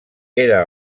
era